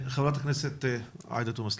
חברת הכנסת עאידה תומא סלימאן,